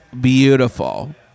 beautiful